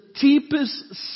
deepest